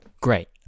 Great